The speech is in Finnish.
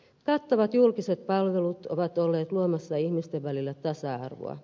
kattavat julkiset palvelut ovat olleet luomassa ihmisten välillä tasa arvoa